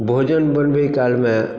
भोजन बनबै कालमे